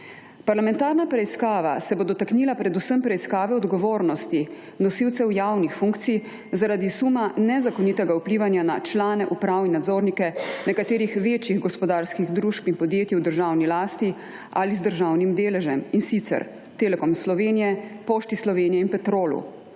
Parlamentarna preiskava se bo dotaknila predvsem preiskave odgovornosti nosilcev javnih funkcij zaradi suma nezakonitega vplivanja na člane uprav in nadzornike nekaterih večjih gospodarskih družb in podjetij v državni lasti ali z državnim deležem, in sicer Telekom Slovenije, Pošti Slovenije in Petrolu.